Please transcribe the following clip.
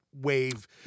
wave